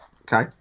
Okay